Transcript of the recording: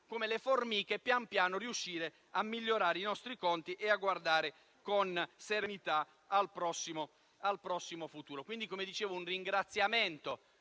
come le formiche riuscire a migliorare i nostri conti e a guardare con serenità al prossimo futuro. Rivolgo dunque un ringraziamento